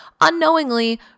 unknowingly